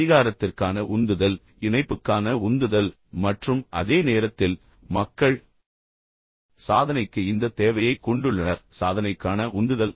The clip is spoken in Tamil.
அதிகாரத்திற்கான உந்துதல் இணைப்புக்கான உந்துதல் மற்றும் அதே நேரத்தில் மக்கள் சாதனைக்கு இந்த தேவையை கொண்டுள்ளனர் சாதனைக்கான உந்துதல்